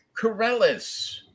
Corellis